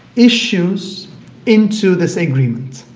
issues into this agreement.